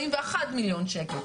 441 מיליון שקל.